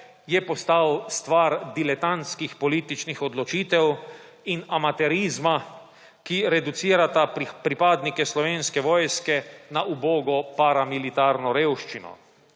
je postal stvar diletantskih političnih odločitev in amaterizma, ki reducirata pripadnike Slovenske vojske na ubogo paramilitarno revščino.